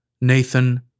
Nathan